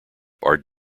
are